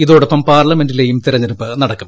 ഇതൊടൊപ്പം പാർലമെന്റിലേയും തെരഞ്ഞെടുപ്പ് നടക്കും